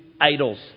idols